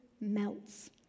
melts